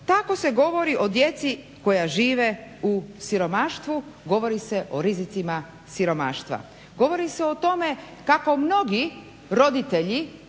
Tako se govori o djeci koja žive u siromaštvu, govori se o rizicima siromaštva. Govori se o tome kako mnogi roditelji,